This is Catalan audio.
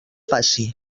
faci